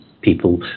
People